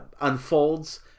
unfolds